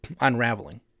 unraveling